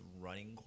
running